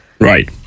Right